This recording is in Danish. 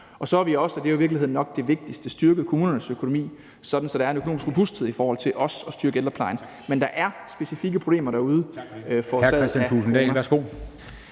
Og så har vi også, og det er jo i virkeligheden nok det vigtigste, styrket kommunernes økonomi, sådan at der er en økonomisk robusthed i forhold til også at styrke ældreplejen. Men der er specifikke problemer derude, forårsaget